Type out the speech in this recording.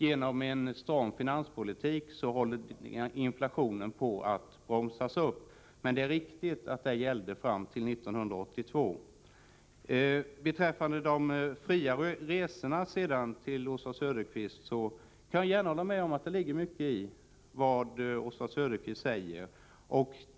Genom en stram finanspolitik håller inflationen på att bromsas upp. Men det är riktigt att det som Oswald Söderqvist sade gällde fram till 1982. Beträffande de fria resorna kan jag hålla med Oswald Söderqvist om att det ligger mycket i det har säger.